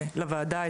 לוועדה,